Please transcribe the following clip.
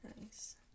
nice